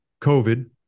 COVID